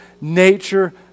nature